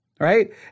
right